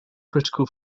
critical